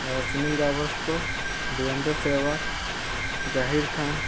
Sunil Gavaskar Virender Sehwag Zaheer Khan